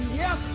yes